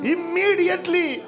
Immediately